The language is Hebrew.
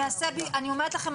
אני אומרת לכם,